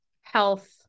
health